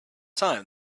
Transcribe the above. time